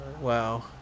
wow